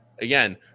again